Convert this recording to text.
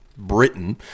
Britain